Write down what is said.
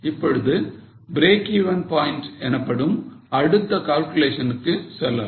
இப்பொழுது breakeven point எனப்படும் அடுத்த calculation க்கு செல்லலாம்